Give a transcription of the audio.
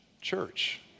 church